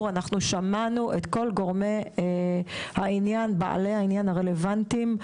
שמענו את כל בעלי העניין הרלוונטיים,